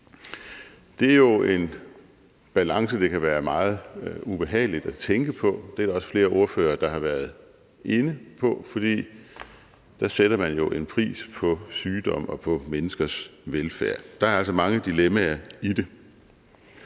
Det er en balance, som det kan være meget ubehageligt at tænke på. Det er der også flere ordførere der har været inde på, for der sætter man jo en pris på sygdom og på menneskers velfærd. Der er altså mange dilemmaer i det.